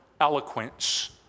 eloquence